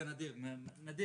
זה נדיר מאוד.